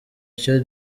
icyo